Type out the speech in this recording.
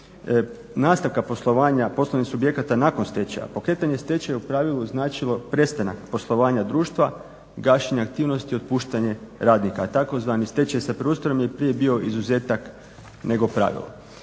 nastavka poslovanja poslovnih subjekata nakon stečaja. Pokretanje stečaja je u pravilu značilo prestanak poslovanja društva, gašenje aktivnosti, otpuštanje radnika. Tzv. stečaj sa preustrojem je prije bio izuzetak nego pravilo.